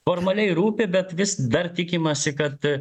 formaliai rūpi bet vis dar tikimasi kad